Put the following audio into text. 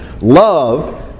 love